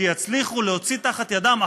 שיצליחו להוציא תחת ידם,